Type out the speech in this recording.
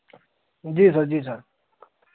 जी sir जी sir